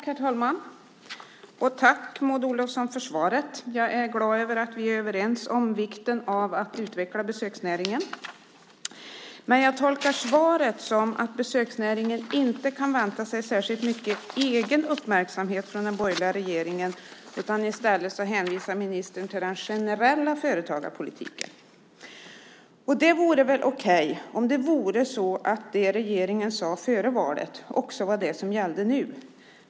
Herr talman! Tack, Maud Olofsson för svaret! Jag är glad över att vi är överens om vikten av att utveckla besöksnäringen, men jag tolkar svaret som att besöksnäringen inte kan vänta sig särskilt mycket egen uppmärksamhet från den borgerliga regeringen. I stället hänvisar ministern till den generella företagarpolitiken. Det vore väl okej om det vore så att det som regeringen sade före valet också var det som gällde nu.